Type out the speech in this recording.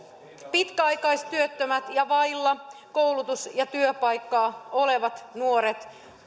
pitkäaikaistyöttömät ja vailla koulutus ja työpaikkaa olevat nuoret